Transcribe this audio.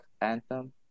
Anthem